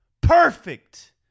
Perfect